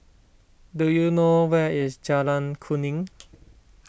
do you know where is Jalan Kuning